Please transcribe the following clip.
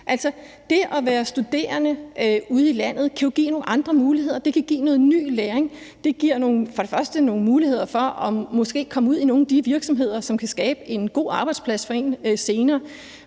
Altså, det at være studerende ude i landet kan jo give nogle andre muligheder og noget ny læring. For det første giver det nogle muligheder for at komme ud i nogle af de virksomheder, som kan skabe en god arbejdsplads for en senere,